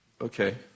Okay